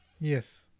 yes